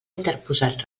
interposat